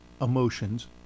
Emotions